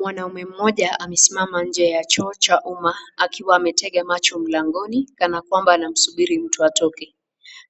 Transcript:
Mwanaume mmoja amesimama nje ya choo cha uma akiwa ametega macho mlangoni kanakwamba anamsubiri mtu atoke.